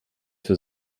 für